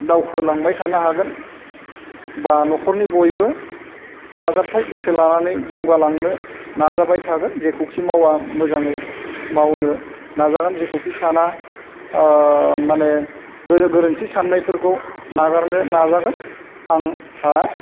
दावखोलांबाय थानो हागोन बा न'खरनि बयबो दाजाबथाइ गोसो लानानै जौगालांनो नाजाबाय थागोन जेखौखि मावा मोजाङै मावनो नाजागोन जेखौखि साना माने गोरोन्थि साननायफोरखौ नागारनो नाजागोन आंहा